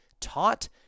taught